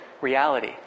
reality